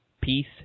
Peace